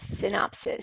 synopsis